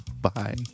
Bye